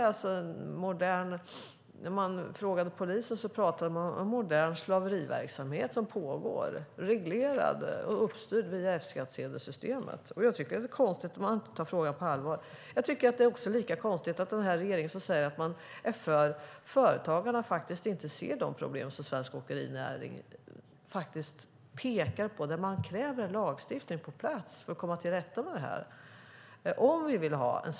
Polisen säger att det pågår en modern slaveriverksamhet som är reglerad och uppstyrd via F-skattsedelsystemet. Det är konstigt att regeringen inte tar frågan på allvar. Det är lika konstigt att regeringen som säger sig vara för företagarna inte ser de problem som svensk åkerinäring pekar på och att man kräver att få en lagstiftning på plats för att komma till rätta med detta.